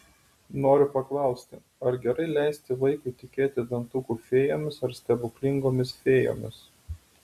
noriu paklausti ar gerai leisti vaikui tikėti dantukų fėjomis ar stebuklingomis fėjomis